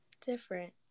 different